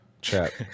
Chat